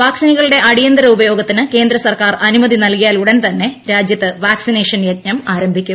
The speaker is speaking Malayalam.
വാക്സിനുകളുടെ അടിയന്തിര ഉപയോഗത്തിന് കേന്ദ്ര സർക്കാർ അനുമതി നൽകിയാൽ ഉടൻ തന്നെ രാജൃത്ത് വാക്സിനേഷൻ യജ്ഞം ആരംഭിക്കും